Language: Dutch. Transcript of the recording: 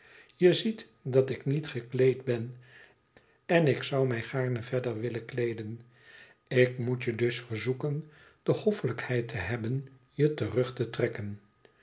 je ziet dat ik niet gekleed ben en ik zoû mij gaarne verder willen kleeden ik moet je dus verzoeken de hoffelijkheid te hebben je terug te trekken